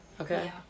Okay